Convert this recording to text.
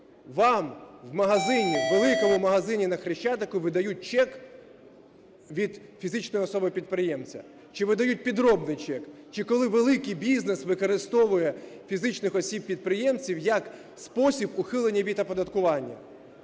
у великому магазині на Хрещатику видають чек від фізичної особи-підприємця чи видають підробний чек, чи коли великий бізнес використовує фізичних осіб-підприємців як спосіб ухилення від оподаткування,